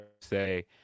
say